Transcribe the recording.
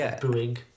booing